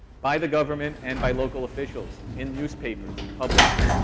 by the government and by local officials in newspapers publicly,